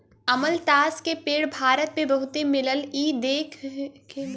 अमलतास के पेड़ भारत में बहुते मिलला इ देखे में बड़ा सुंदर होला